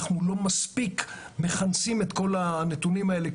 אנחנו לא מספיק מכנסים את כל הנתונים האלה,